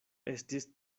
estis